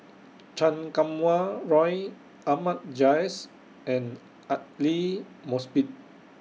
Chan Kum Wah Roy Ahmad Jais and Aidli Mosbit